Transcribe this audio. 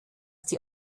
die